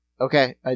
okay